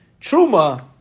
truma